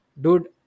dude